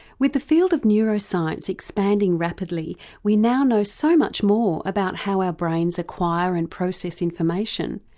with the field of neuroscience expanding rapidly we now know so much more about how our brains acquire and process information,